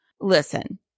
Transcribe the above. listen